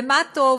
ומה טוב.